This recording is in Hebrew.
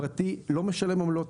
פרטי לא משלם עמלות,